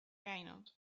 käinud